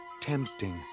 tempting